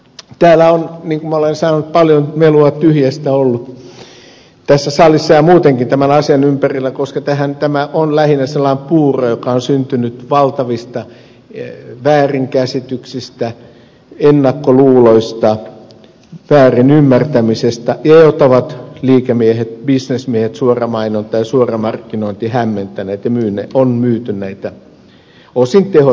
täällä on niin kuin olen sanonut paljon melua tyhjästä ollut tässä salissa ja muutenkin tämän asian ympärillä koska tämä on lähinnä sellainen puuro joka on syntynyt valtavista väärinkäsityksistä ennakkoluuloista väärinymmärtämisestä ja jota ovat liikemiehet bisnesmiehet suoramainonta ja suoramarkkinointi hämmentäneet ja on myyty näitä osin tehottomia puhdistuslaitteistoja